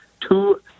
two